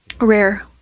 rare